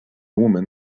woman